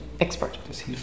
expert